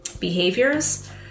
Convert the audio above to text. behaviors